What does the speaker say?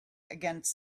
against